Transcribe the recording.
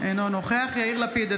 אינו נוכח יאיר לפיד,